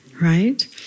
right